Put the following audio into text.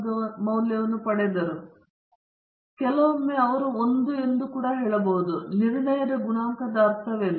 991 ರ R ವರ್ಗ ಮೌಲ್ಯವನ್ನು ಪಡೆದರು ಕೆಲವೊಮ್ಮೆ ಅವರು 1 ಅನ್ನು ಕೂಡ ಹೇಳಬಹುದು ನಿರ್ಣಯದ ಗುಣಾಂಕದ ಅರ್ಥವೇನು